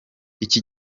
iki